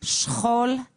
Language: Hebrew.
שכול, אין.